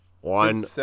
One